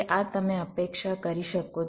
આ તમે અપેક્ષા કરી શકો છો